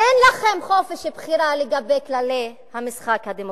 אין לכם חופש בחירה לגבי כללי המשחק הדמוקרטיים.